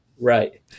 Right